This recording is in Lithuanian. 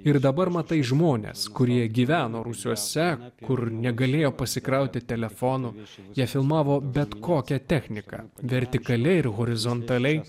ir dabar matai žmones kurie gyveno rūsiuose kur negalėjo pasikrauti telefono visi jie filmavo bet kokią techniką vertikalia ir horizontaliai